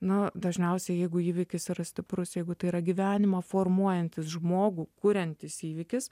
nu dažniausiai jeigu įvykis yra stiprus jeigu tai yra gyvenimą formuojantis žmogų kuriantis įvykis